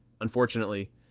unfortunately